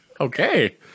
Okay